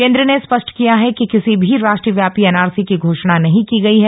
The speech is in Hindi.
केन्द्र ने स्पष्ट किया है कि किसी भी राष्ट्रव्यापी एनआरसी की घोषणा नहीं की गई है